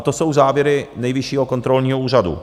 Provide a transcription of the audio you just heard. To jsou závěry Nejvyššího kontrolního úřadu.